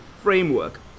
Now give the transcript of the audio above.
framework